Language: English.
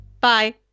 Bye